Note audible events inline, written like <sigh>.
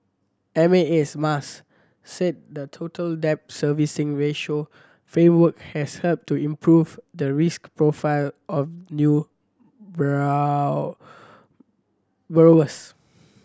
M A S Mas said the Total Debt Servicing Ratio framework has helped to improve the risk profile of new <unintelligible>